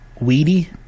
weedy